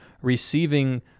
receiving